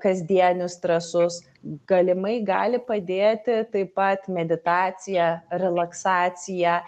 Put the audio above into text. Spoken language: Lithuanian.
kasdienius stresus galimai gali padėti taip pat meditacija relaksacija